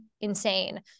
insane